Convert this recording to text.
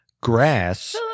grass